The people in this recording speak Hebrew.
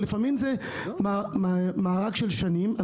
ולפעמים זה מארג של שנים.